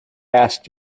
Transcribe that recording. asked